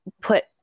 put